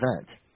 event